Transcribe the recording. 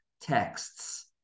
texts